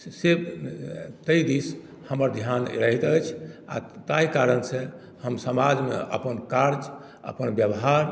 से ताहि दिश हमर ध्यान रहैत अछि आ ताहि कारणसँ हम समाजमे अपन कार्य अपन व्यवहार